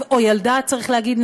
או ילדה צריך להגיד,